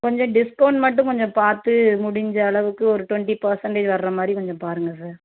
கொஞ்சம் டிஸ்கவுண்ட் மட்டும் கொஞ்சம் பார்த்து முடிஞ்ச அளவுக்கு ஒரு டுவெண்ட்டி பர்ஸண்டேஜ் வர்ற மாதிரி கொஞ்சம் பாருங்க சார்